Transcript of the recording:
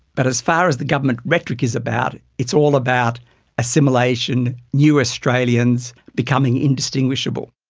but as far as the government rhetoric is about, it's all about assimilation, new australians becoming indistinguishable.